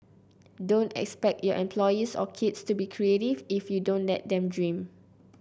don't expect your employees or kids to be creative if you don't let them dream